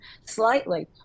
slightly